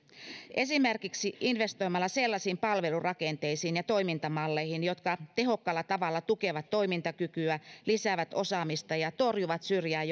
esimerkiksi investoimalla sellaisiin palvelurakenteisiin ja toimintamalleihin jotka tehokkaalla tavalla tukevat toimintakykyä lisäävät osaamista ja torjuvat syrjään